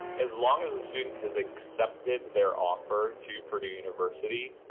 as long as the student has accepted their offer to purdue university,